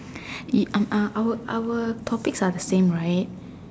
it um uh our our topics are the same right